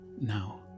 now